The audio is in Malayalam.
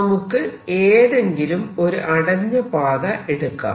നമുക്ക് ഏതെങ്കിലും ഒരു അടഞ്ഞ പാത എടുക്കാം